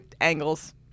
angles